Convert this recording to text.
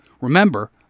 Remember